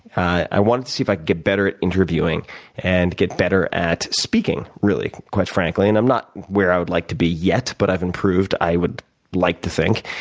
i wanted to see if i could get better at interviewing and get better at speaking, really, quite frankly. and i'm not where i would like to be yet, but i've improved, i would like to think.